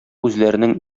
үзләренең